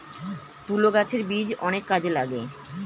তুলো গাছের বীজ অনেক কাজে লাগে